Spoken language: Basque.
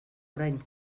orain